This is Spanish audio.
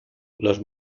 los